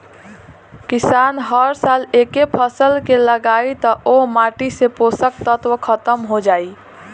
किसान हर साल एके फसल के लगायी त ओह माटी से पोषक तत्व ख़तम हो जाई